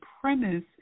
premise